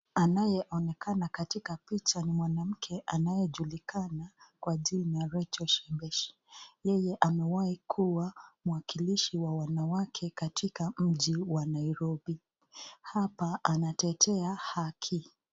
Anayeonekana katika picha ni mwanamke anayejulikana kwa jina Rachel Shebesh, yeye amewai kuwa mwakilishi wa wanawake katika mji wa Nairobi. Hapa anatetea haki